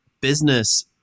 business